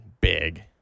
big